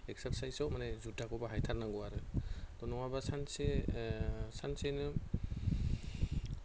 एक्सारसाइसआव माने जुटाखौ बाहायथारनांगौ आरो नङाबा सानसे सानसेनो